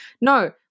No